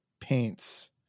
paints